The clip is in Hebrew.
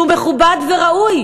שהוא מכובד וראוי,